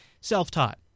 Self-taught